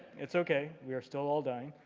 it's okay. we are still all dying.